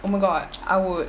oh my god I would